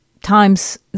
times